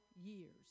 years